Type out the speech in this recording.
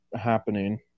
happening